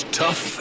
tough